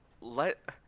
Let